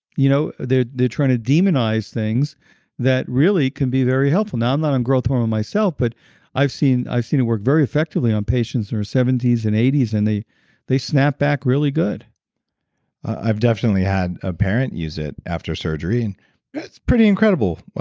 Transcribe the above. you know they're they're trying to demonize things that really can be very helpful. now, i'm not on growth hormone myself, but i've seen i've seen it work very effectively on patients in their seventy s and eighty s, and they they snap back really good i've definitely had a parent use it after surgery, and yeah it's pretty incredible.